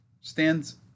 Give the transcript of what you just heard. stands